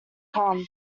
come